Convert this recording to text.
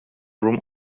room